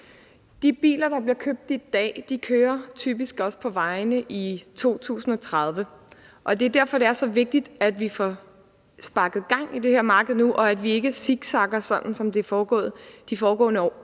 De biler, der bliver købt i dag, kører typisk også på vejene i 2030, og det er derfor, det er så vigtigt, at vi får sparket gang i det her marked nu, og at vi ikke zigzagger, sådan som det er foregået de foregående år.